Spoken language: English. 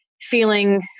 feeling